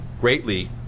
greatly